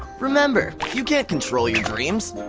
remember, you can't control your dreams.